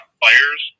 players